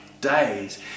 days